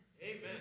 Amen